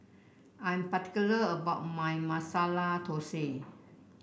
I'm particular about my Masala Thosai